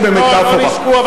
הם לא נישקו.